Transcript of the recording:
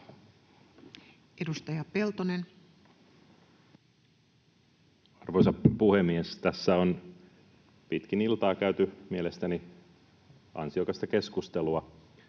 19:37 Content: Arvoisa puhemies! Tässä on pitkin iltaa käyty mielestäni ansiokasta keskustelua